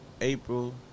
April